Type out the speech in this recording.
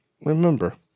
remember